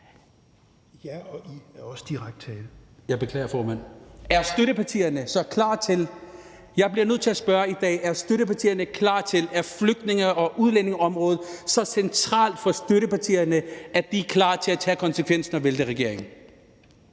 Jer og I er også direkte tiltale). Jeg beklager, formand. Er støttepartierne så klar til det? Jeg bliver nødt til at spørge i dag: Er flygtninge- og udlændingeområdet så centralt for støttepartierne, at de er klar til at tage konsekvensen og vælte regeringen?